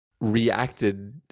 reacted